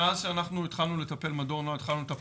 מאז שאנחנו במדור נוהל התחלנו לטפל,